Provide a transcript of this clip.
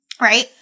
right